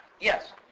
Yes